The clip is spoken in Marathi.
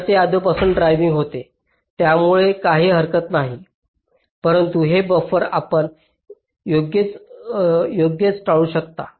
तर ते आधीपासूनच ड्रायविंग होते त्यामुळे काही हरकत नाही परंतु हे बफर आपण योग्यच टाळू शकता